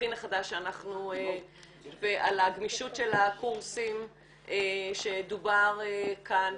התבחין החדש ועל הגמישות של הקורסים שדובר כאן,